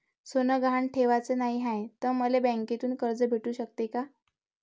सोनं गहान ठेवाच नाही हाय, त मले बँकेतून कर्ज भेटू शकते का?